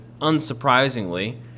unsurprisingly